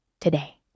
today